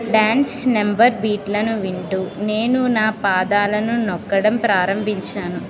dance number బీట్లను వింటు నేను నా పాదాలను నొక్కడం ప్రారంభించాను